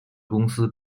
公司